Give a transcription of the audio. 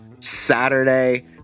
Saturday